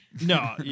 No